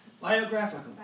Biographical